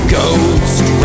Ghost